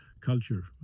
culture